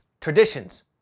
Traditions